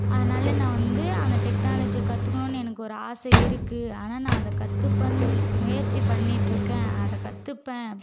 அதனால் நான் வந்து அந்த டெக்னாலஜியை கத்துக்கணுன்னு எனக்கு ஒரு ஆசை இருக்குது ஆனால் நான் அதை கத்துப்பேன் முயற்சி பண்ணிட்டுருக்கேன் அதை கற்றுப்பேன்